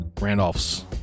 Randolph's